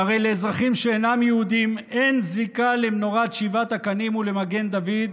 שהרי לאזרחים שאינם יהודים אין זיקה למנורת שבעת הקנים ולמגן דוד,